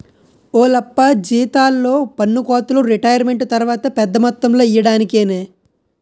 ఓలప్పా జీతాల్లో పన్నుకోతలు రిటైరుమెంటు తర్వాత పెద్ద మొత్తంలో ఇయ్యడానికేనే